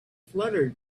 fluttered